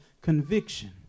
conviction